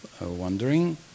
wondering